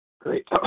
Great